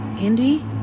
Indy